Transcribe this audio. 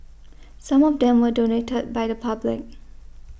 some of them were donated by the public